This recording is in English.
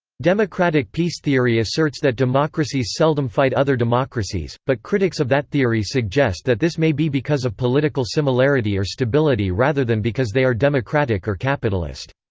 democratic peace theory asserts that democracies seldom fight other democracies, but critics of that theory suggest that this may be because of political similarity or stability rather than because they are democratic or capitalist.